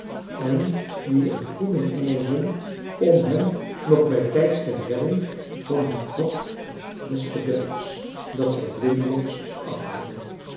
en die een goeden engel zond om hen nog bijtijds te redden van het pad des verderfs dat zij blindelings afholden